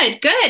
good